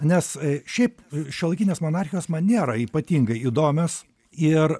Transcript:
nes šiaip šiuolaikinės monarchijos man nėra ypatingai įdomias ir